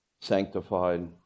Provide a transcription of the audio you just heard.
sanctified